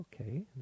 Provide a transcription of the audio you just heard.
Okay